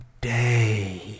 day